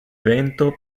vento